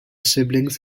siblings